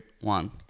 one